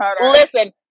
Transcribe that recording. Listen